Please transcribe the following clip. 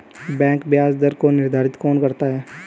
Bank ब्याज दर को निर्धारित कौन करता है?